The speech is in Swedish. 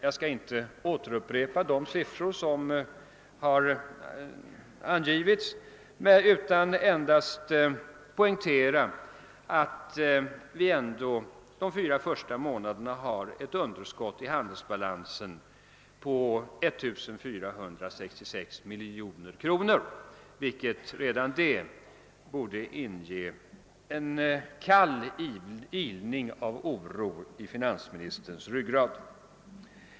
Jag skall inte upprepa de siffror som angivits, utan vill endast poängtera att vi ändå under de fyra första månaderna har ett underskott i handelsbalansen på 1 466 miljoner kronor, vilket redan det borde ge en kall ilning av oro i finansministerns ryggrad.